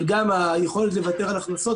אבל גם היכולת לוותר על ההכנסות,